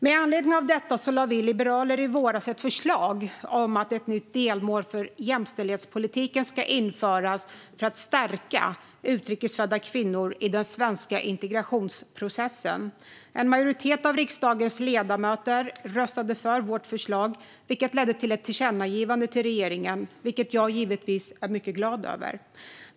Med anledning av detta lade vi liberaler i våras fram ett förslag om att ett nytt delmål för jämställdhetspolitiken ska införas för att stärka utrikes födda kvinnor i den svenska integrationsprocessen. En majoritet av riksdagens ledamöter röstade för vårt förslag, vilket ledde till ett tillkännagivande till regeringen. Jag är givetvis mycket glad över detta.